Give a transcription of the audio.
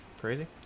crazy